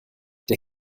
der